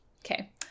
Okay